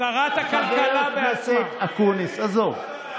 שרת הכלכלה בעצמה, חבר הכנסת אקוניס, עזוב.